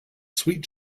sweet